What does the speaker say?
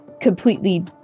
completely